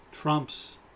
trumps